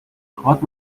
охват